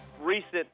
recent